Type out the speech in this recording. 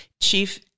Chief